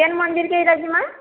କେନ ମନ୍ଦିରକେ ଏଇଟା ଜିମା